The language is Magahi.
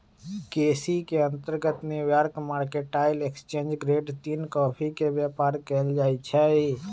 केसी के अंतर्गत न्यूयार्क मार्केटाइल एक्सचेंज ग्रेड तीन कॉफी के व्यापार कएल जाइ छइ